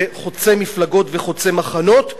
זה חוצה מפלגות וחוצה מחנות,